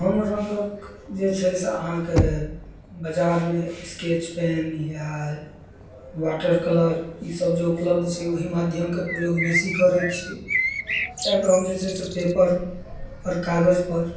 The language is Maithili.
हम रङ्गक जे छै से अहाँके बजारमे स्केच पेन या वाटर कलर ई सभ जे उपलब्ध छै ओहि माध्यमके प्रयोग बेसी करैत छी किएक तऽ हम जे छै से पेपर पर कागज पर